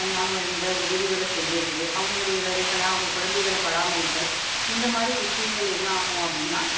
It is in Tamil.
தன்னால் முடிந்த உதவிகளை செய்கிறது அவங்களுடைய வேலைகளை அவங்க குழந்தைகள பராமரித்தல் இந்த மாதிரி விஷயங்கள் என்னாகும் அப்படின்னா